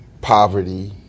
poverty